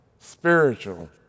spiritual